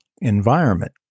environment